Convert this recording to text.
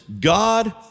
God